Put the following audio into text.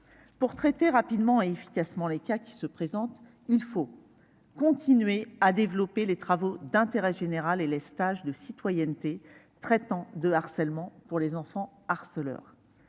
Pour traiter rapidement et efficacement les cas qui se présentent, il faut continuer à développer les travaux d'intérêt général et les stages de citoyenneté traitant de harcèlement pour les enfants harceleurs